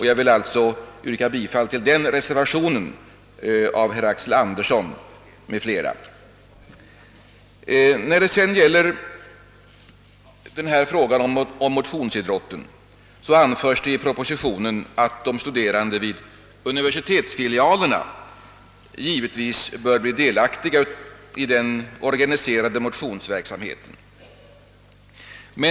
Jag vill alltså yrka bifall till reservationen av herr Axel Andersson m.fl. När det vidare gäller frågan om motionsidrotten anförs i propositionen, att de studerande vid universitetsfilialerna givetvis bör bli delaktiga i den organiserade motionsverksamheten.